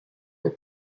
were